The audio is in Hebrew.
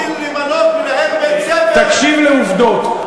בשביל למנות מנהל בית-ספר, תקשיב לעובדות.